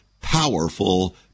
powerful